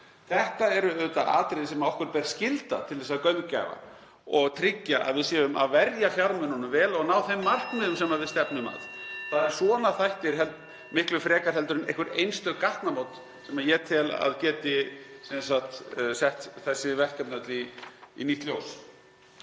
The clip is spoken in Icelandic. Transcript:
Þetta eru auðvitað atriði sem okkur ber skylda til þess að gaumgæfa og tryggja að við séum að verja fjármununum vel og ná þeim markmiðum (Forseti hringir.) sem við stefnum að. Það eru svona þættir, miklu frekar en einhver einstök gatnamót, sem ég tel að geti sett þessi verkefni öll í nýtt ljós.